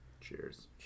Cheers